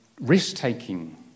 risk-taking